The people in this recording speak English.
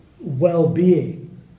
well-being